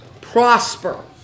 prosper